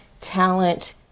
talent